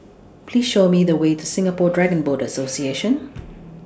Please Show Me The Way to Singapore Dragon Boat Association